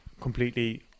completely